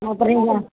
ஓ அப்படிங்களா